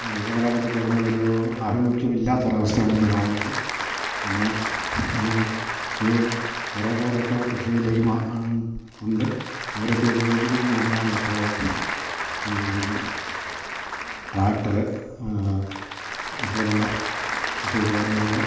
യുവതലമുറയ്ക്ക് അതിനോടൊരു ആഭിമുഖ്യമില്ലാത്ത ഒരവസ്ഥയാണിന്ന് കാണുന്നത് പിന്നെ കുറെ പേരൊക്കെ കൃഷീലേക്ക് ഉണ്ട് അവരൊക്കെ ഉപയോഗിക്കുന്നെന്ന് പറഞ്ഞാൽ മറ്റേ ഈ ട്രാക്ടറ് അത്പോലുള്ള കൃഷി ഉപകരണങ്ങൾ